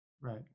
Right